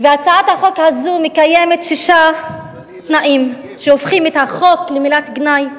הצעת החוק הזאת מקיימת שישה תנאים שהופכים את ה"חוק" למלת גנאי: